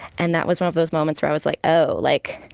and that was one of those moments where i was like oh like,